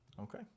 Okay